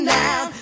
now